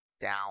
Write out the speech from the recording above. down